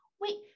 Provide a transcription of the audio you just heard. wait